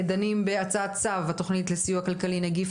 דנים בהצעת שר בתוכנת לסיוע כלכלי (נגיף